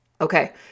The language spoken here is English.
Okay